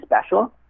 special